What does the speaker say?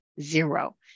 zero